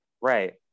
Right